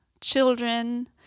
children